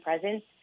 presence